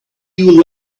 you